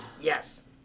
Yes